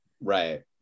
right